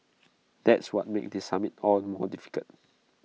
that's what makes this summit all the more difficult